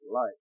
life